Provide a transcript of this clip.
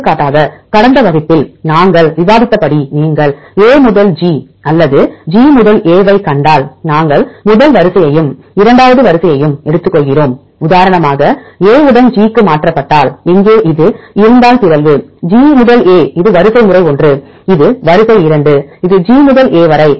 எடுத்துக்காட்டாக கடந்த வகுப்பில் நாங்கள் விவாதித்தபடி நீங்கள் A முதல் G அல்லது G முதல்A ஐக் கண்டால் நாங்கள் முதல் வரிசையையும் இரண்டாவது வரிசையையும் எடுத்துக்கொள்கிறோம் உதாரணமாக A உடன் G க்கு மாற்றப்பட்டால் இங்கே இது இருந்தால் பிறழ்வு G முதல் A இது வரிசைமுறை ஒன்று இது வரிசை இரண்டு இது ஜி முதல் ஏ வரை